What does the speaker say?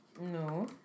No